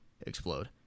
explode